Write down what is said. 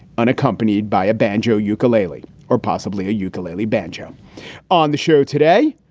unaccompanied by a banjo, ukulele or possibly a ukulele banjo on the show today.